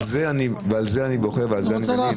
על זה אני בוכה ועל זה אני מלין.